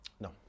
No